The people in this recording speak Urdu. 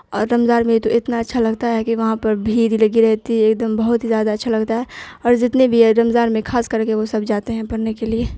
اور رمضان میں تو اتنا اچھا لگتا ہے کہ وہاں پر بھیڑ ہی لگی رہتی ہے ایک دم بہت ہی زیادہ اچھا لگتا ہے اور زتنے بھی ہے رمضان میں خاص کر کے وہ سب جاتے ہیں پرھنے کے لیے